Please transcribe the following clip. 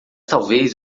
talvez